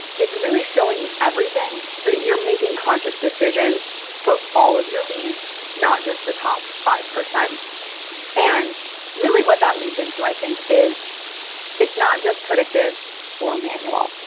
it's really showing you everything that you're making conscious decision so all of your leaves not just the top five percent and really what that leads into i think is it's not just predictive or manual.